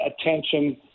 attention